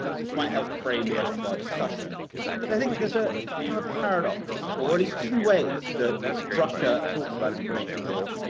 and which might help frame the rest of our discussion. because i think there's a kind of of paradox, or at least two ways that russia talks about information war,